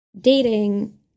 dating